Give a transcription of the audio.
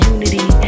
Unity